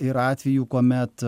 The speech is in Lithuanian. ir atvejų kuomet